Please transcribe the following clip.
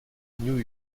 new